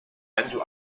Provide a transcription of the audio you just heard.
andrew